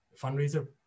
fundraiser